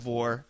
War